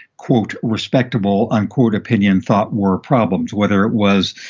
quote, respectable unquote opinion thought were problems, whether it was,